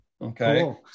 Okay